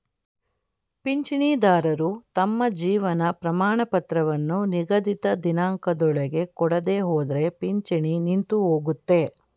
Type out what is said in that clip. ಪಿಂಚಣಿದಾರರು ತಮ್ಮ ಜೀವನ ಪ್ರಮಾಣಪತ್ರವನ್ನು ನಿಗದಿತ ದಿನಾಂಕದೊಳಗೆ ಕೊಡದೆಹೋದ್ರೆ ಪಿಂಚಣಿ ನಿಂತುಹೋಗುತ್ತೆ